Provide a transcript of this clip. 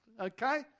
okay